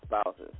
spouses